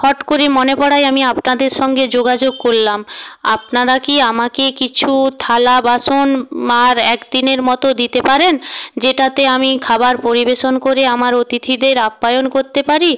hot করে মনে পড়ায় আমি আপনাদের সঙ্গে যোগাযোগ করলাম আপনারা কি আমাকে কিছু থালা বাসন মার এক দিনের মতো দিতে পারেন যেটাতে আমি খাবার পরিবেশন করে আমার অতিথিদের আপ্যায়ন করতে পারি